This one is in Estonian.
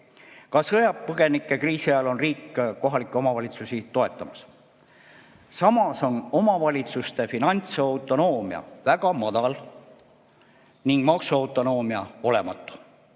Ka sõjapõgenikekriisi ajal on riik kohalikke omavalitsusi toetamas. Samas on omavalitsuste finantsautonoomia väga madal ning maksuautonoomia olematu.